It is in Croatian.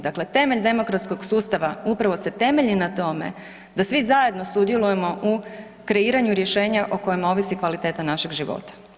Dakle, temelj demokratskog sustava upravo se temelji na tome da svi zajedno sudjelujemo u kreiranju rješenja o kojima ovisi kvaliteta našeg života.